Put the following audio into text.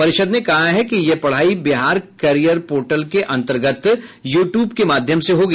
परिषद ने कहा है कि यह पढ़ाई बिहार कैरियर पोर्टल के अंतर्गत यू ट्यूब के माध्यम से होगी